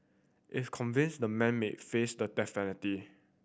if convinced the man may face the death penalty